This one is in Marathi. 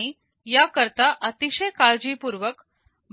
आणि याकरता अतिशय काळजीपूर्वक